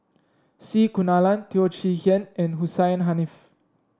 C Kunalan Teo Chee Hean and Hussein Haniff